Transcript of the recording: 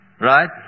right